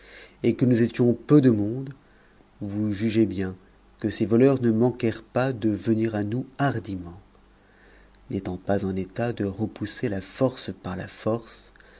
et que nous étions peu de monde vous jugez bien que ces voleurs ne manquèrent pas de venir à nous hardiment n'étant pas en état de repousser la force par la force